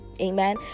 amen